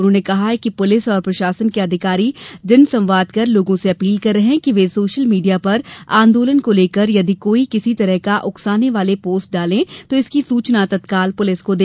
उन्होंने कहा कि पूलिस और प्रशासन के अधिकारी जनसंवाद कर लोगों से अपील कर रहे हैं कि वे सोशल मीडिया पर आंदोलन को लेकर यदि कोई किसी तरह का उकसाने वाले पोस्ट डाले तो इसकी सूचना तत्काल पुलिस को दे